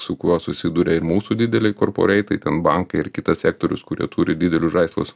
su kuo susiduria ir mūsų dideli korporeitai ten bankai ir kitas sektorius kurie turi didelius žaislus